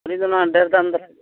ᱟᱹᱞᱤᱧ ᱫᱚ ᱚᱱᱟ ᱰᱷᱮᱨ ᱫᱟᱢ ᱫᱷᱟᱨᱟ ᱜᱮ